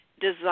design